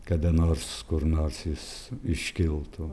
kada nors kur nors jis iškiltų